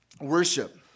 worship